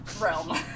realm